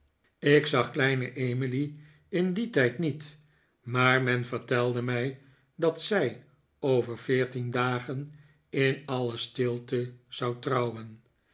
ik zag kleine emily in dien tijd niet maar men vertelde mij dat zij over veertien dagen in alle stilte zou trouwen